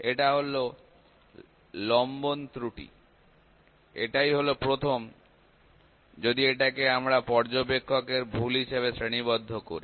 এটা হল লম্বন ত্রুটি এটাই হলো প্রথম যদি এটাকে আমরা পর্যবেক্ষকের ভুল হিসেবে শ্রেণীবদ্ধ করি